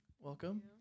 Welcome